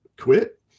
quit